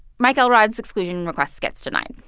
mike elrod's exclusion request gets denied.